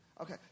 Okay